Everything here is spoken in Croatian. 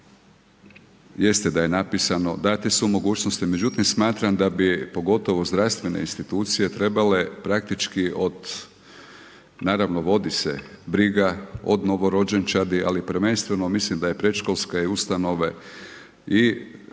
Jeste da je napisano, dane su mogućnost, međutim smatram da bi pogotovo zdravstvene institucije trebale praktički od naravno vodi se briga od novorođenčadi, ali prvenstveno mislim da i predškolske ustanove i sve